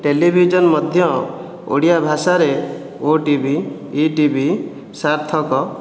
television ମଧ୍ୟ ଓଡ଼ିଆ ଭାଷାରେ OTV ETV ସାର୍ଥକ